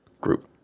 group